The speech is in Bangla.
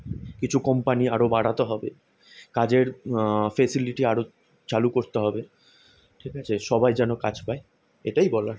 কিছু কোম্পানি আরো বাড়াতে হবে কাজের ফেসিলিটি আরো চালু করতে হবে ঠিক আছে সবাই যেন কাজ পায় এটাই বলার